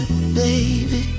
baby